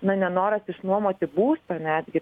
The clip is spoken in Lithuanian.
na nenoras išnuomoti būstą netgi